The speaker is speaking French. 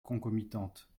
concomitantes